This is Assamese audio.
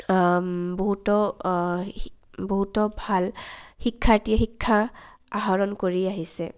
বহুতো বহুতো ভাল শিক্ষাৰ্থীয়ে শিক্ষা আহৰণ কৰি আহিছে